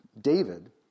David